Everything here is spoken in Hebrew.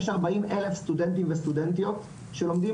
יש 40 אלף סטודנטים וסטודנטיות שלומדים